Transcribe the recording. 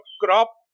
crop